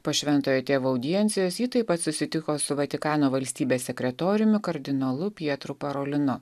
po šventojo tėvo audiencijos ji taip pat susitiko su vatikano valstybės sekretoriumi kardinolu pietru parolinu